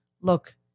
look